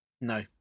no